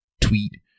tweet